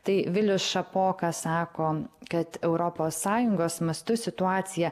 tai vilius šapoka sako kad europos sąjungos mastu situacija